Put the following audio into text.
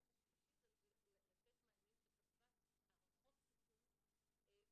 החלק השלישי זה לתת מענים של כמובן הערכות סיכון וטיפולים.